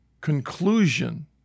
conclusion